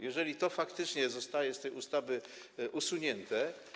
Jeżeli to faktycznie zostało z tej ustawy usunięte.